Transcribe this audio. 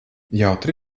jautri